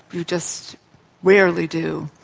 you just rarely do.